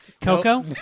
Coco